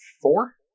four